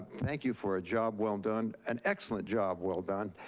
thank you for a job well done, an excellent job well done.